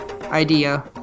idea